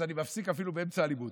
אז אני מפסיק אפילו באמצע הלימוד.